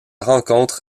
rencontre